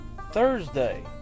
Thursday